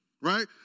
right